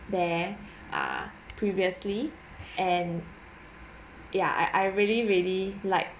there ah previously and yeah I I really really like